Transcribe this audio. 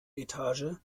etage